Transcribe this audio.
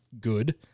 good